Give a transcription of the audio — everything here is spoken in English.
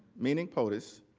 meaning potus,